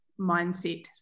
mindset